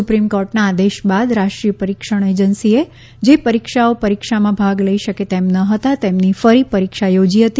supreme કોર્ટના આદેશ બાદ રાષ્ટ્રીય પરીક્ષણ એજન્સીએ જે વિદ્યાર્થીઓ પરીક્ષામાં ભાગ લઈ શકે તેમ ન હતા તેમની ફરી પરીક્ષા યોજી હતી